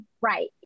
right